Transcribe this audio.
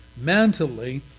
mentally